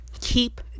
Keep